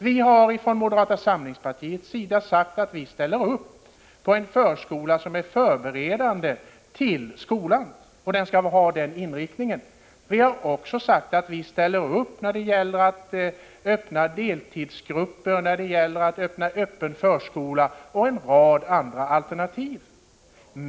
Vi har från moderata samlingspartiets sida sagt att vi ställer upp för en förskola som är förberedande för skolan och att den skall ha den inriktningen. Vi har också sagt att vi ställer upp när det gäller att öppna deltidsgrupper, öppen förskola och en rad andra alternativ.